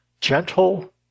gentle